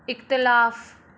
इख़्तिलाफ़ु